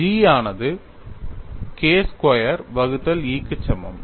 G ஆனது K square வகுத்தல் E க்கு சமம்